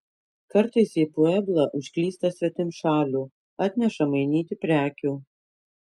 kartais į pueblą užklysta svetimšalių atneša mainyti prekių